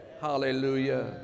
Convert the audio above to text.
hallelujah